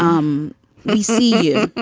um we see you.